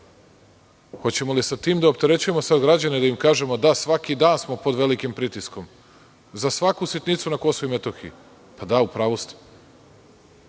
Hoćemo li sa tim da opterećujemo građane, da im kažemo da svaki dan smo pod velikim pritiskom. Za svaku sitnicu na Kosovu i Metohiji. Pa da u pravu